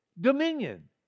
dominion